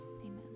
Amen